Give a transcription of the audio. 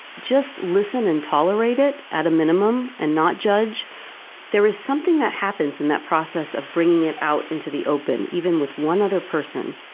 just listen and tolerate it at a minimum and not judge there is something that happens in that process of bringing it out into the open, even with one other person,